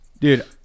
Dude